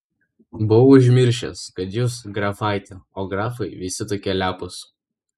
buvau užmiršęs kad jūs grafaitė o grafai visi tokie lepūs